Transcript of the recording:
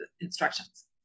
instructions